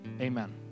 Amen